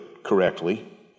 Correctly